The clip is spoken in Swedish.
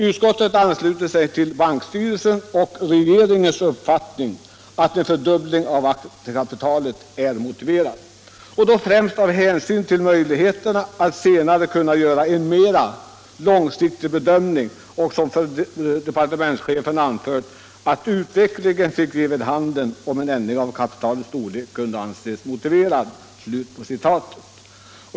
Utskottet ansluter sig till bankstyrelsens och regeringens uppfattning att en fördubbling av aktiekapitalet är motiverad, främst med hänsyn till möjligheterna att senare göra en mera långsiktig bedömning; departementschefen anförde ju ”att utvecklingen fick ge vid handen om en ändring av kapitalets storlek kunde anses motiverad”.